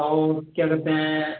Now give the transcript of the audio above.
और क्या कहते हैं